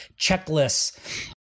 checklists